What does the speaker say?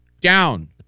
down